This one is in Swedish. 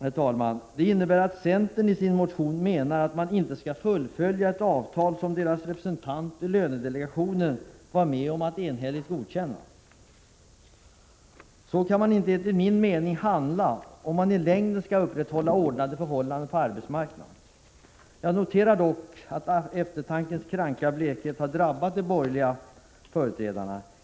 Det innebär att centern i sin motion menar att man inte skall följa det enhälligt godkända avtal som dess representant i lönedelegationen var med om att träffa. Om man i längden skall upprätthålla ordnade förhållanden på arbetsmarknaden, kan man enligt min mening inte handla så. Jag noterar dock att eftertankens kranka blekhet har drabbat de borgerliga företrädarna.